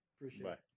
Appreciate